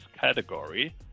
category